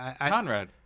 Conrad